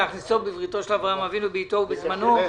להכניסו בבריתו של אברהם אבינו בעתו ובזמנו.